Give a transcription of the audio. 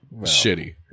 shitty